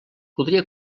podria